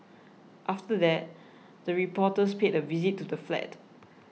after that the reporters paid a visit to the flat